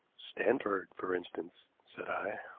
stanford, for instance, said i.